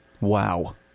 Wow